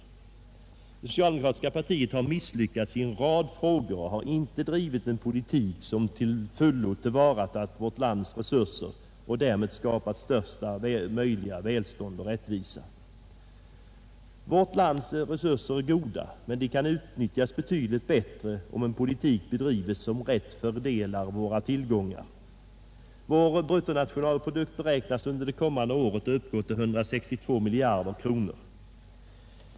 Det socialdemokratiska partiet har misslyckats i en rad frågor och har inte drivit en politik som till fullo tillvaratagit vårt lands resurser och därmed skapat största möjliga välstånd och rättvisa. Vårt lands resurser är goda, men de kan utnyttjas betydligt bättre om det förs en politik som rätt fördelar våra tillgångar. Vår bruttonationalprodukt beräknas under det kommande året uppgå till 162 miljarder kronor.